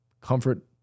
Comfort